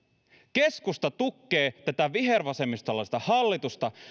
keskusta tukee tätä vihervasemmistolaista hallitusta